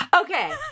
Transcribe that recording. Okay